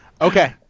Okay